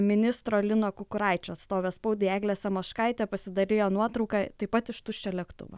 ministro lino kukuraičio atstovė spaudai eglė samoškaitė pasidalijo nuotrauka taip pat iš tuščio lėktuvo